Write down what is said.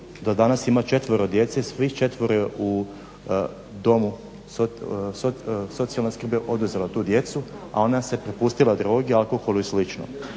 do danas ima četvero djece, svih četvero je u domu, socijalna skrb je oduzela tu djecu, a ona se prepustila drogi, alkoholu i